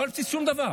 לא על בסיס שום דבר,